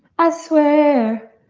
i swear!